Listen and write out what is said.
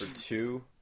two